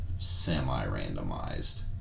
semi-randomized